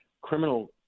criminal